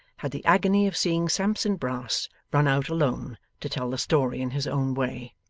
had the agony of seeing sampson brass run out alone to tell the story in his own way.